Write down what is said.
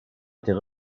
était